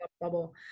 bubble